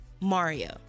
Mario